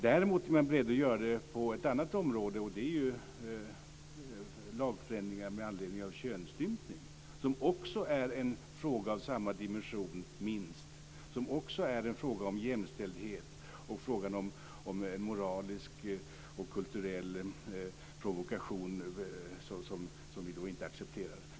Däremot är man beredd att göra det på ett annat område, och det gäller lagförändringar angående könsstympning, som är en fråga av minst samma dimension, en fråga om jämställdhet och en moralisk och kulturell provokation som vi inte accepterar.